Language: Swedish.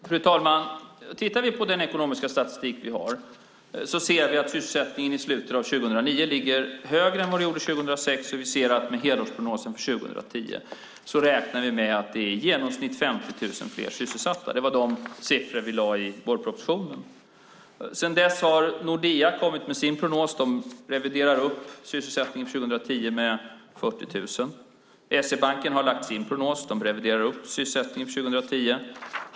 Fru talman! Om vi tittar på den ekonomiska statistik vi har ser vi att sysselsättningen i slutet av 2009 var högre än 2006. Vi ser också att vi för helårsprognosen 2010 räknar med att ha i genomsnitt 50 000 fler sysselsatta. Det var de siffror vi lade fram i vårpropositionen. Sedan dess har Nordea kommit med sin prognos. De reviderar upp sysselsättningen för 2010 med 40 000. SE-banken har lagt fram sin prognos. De reviderar upp sysselsättningen för 2010.